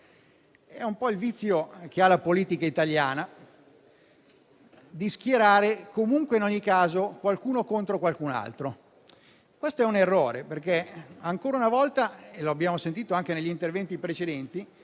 È un po' il vizio che ha la politica italiana di schierare, comunque e in ogni caso, qualcuno contro qualcun altro. Questo è un errore perché ancora una volta - e lo abbiamo sentito anche negli interventi precedenti